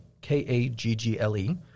K-A-G-G-L-E